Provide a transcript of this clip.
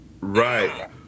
Right